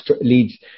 leads